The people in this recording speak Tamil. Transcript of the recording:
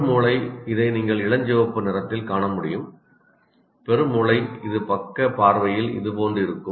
பெருமூளை இதை நீங்கள் இளஞ்சிவப்பு நிறத்தில் காண முடியும் பெருமூளை இது பக்க பார்வையில் இதுபோன்று இருக்கும்